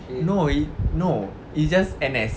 no he no it's just N_S